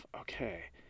Okay